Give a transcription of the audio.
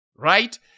Right